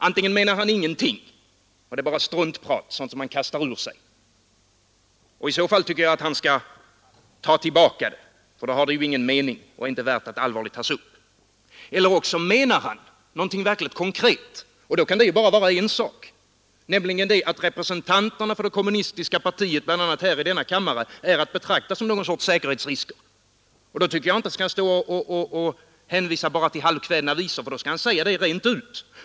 Antingen menar han ingenting — då är det bara struntprat som han kastar ur sig, och i så fall tycker jag att han skall ta tillbaka det, för då har det ju ingen mening och är inte värt att allvarligt tas upp — eller också menar han någonting verkligt konkret. Och det kan bara vara en sak, nämligen att representanterna för det kommunistiska partiet, bl.a. här i denna kammare, är att betrakta som någon sorts säkerhetsrisker. Då tycker jag att han inte bara skall nöja sig med halvkvädna visor utan säga det rent ut.